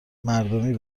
مردمی